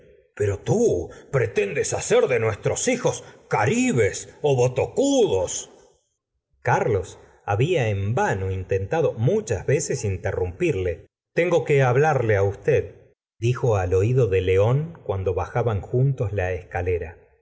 pero tú pretendes hacer de nuestros hijos caribes botocudos carlos había en vano intentado muchas veces interrumpirle tengo que hablarle usteddijo al oído de león cuando bajaban juntos la escalera